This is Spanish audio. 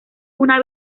una